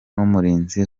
n’umurinzi